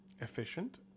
efficient